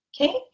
okay